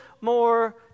more